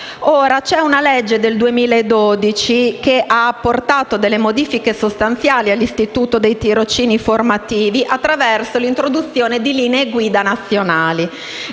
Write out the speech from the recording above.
C'è una legge del 2012, che ha apportato delle modifiche sostanziali all'istituto dei tirocini formativi attraverso l'introduzione di linee guida nazionali.